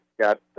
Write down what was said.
got